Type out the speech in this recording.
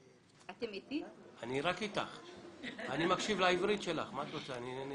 כמטפלות לילדים מתחת לגיל שלוש והן עבדו